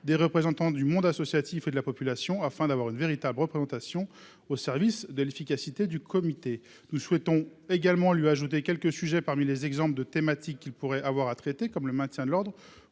des représentants du monde associatif et de la population afin d'avoir une véritable représentation au service de l'efficacité du comité nous souhaitons également lui ajouter quelques sujets parmi les exemples de thématiques qu'il pourrait avoir à traiter comme le maintien de l'ordre